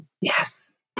Yes